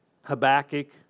Habakkuk